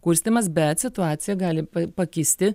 kurstymas bet situacija gali pakisti